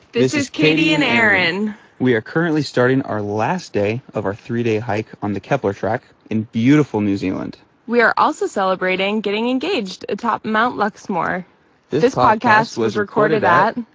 this is katie and aaron we are currently starting our last day of our three-day hike on the kepler track in beautiful new zealand we are also celebrating getting engaged atop mount luxmore this podcast was recorded at.